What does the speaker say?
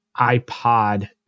iPod